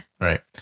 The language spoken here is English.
Right